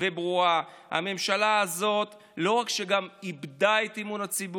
הממשלה הזאת לא ראויה,